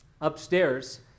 upstairs